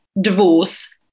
divorce